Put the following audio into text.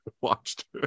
watched